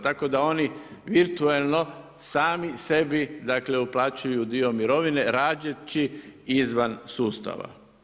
Tako da oni virtualno, sami sebi dakle, uplaćuju dio mirovine, radeći izvan sustava.